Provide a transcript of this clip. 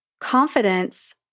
Confidence